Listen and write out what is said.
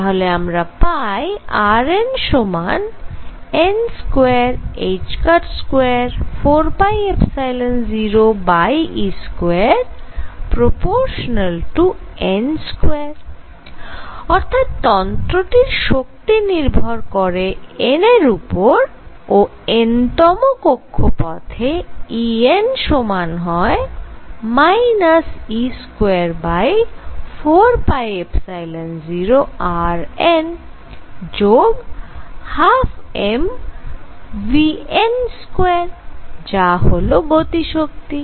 তাহলে আমরা পাই rn সমান n224π0e2n2 অর্থাৎ তন্ত্রটির শক্তি নির্ভর করে n এর উপর ও n তম কক্ষপথে En সমান হয় e24π0rn যোগ 12mvn2 যা হল গতিশক্তি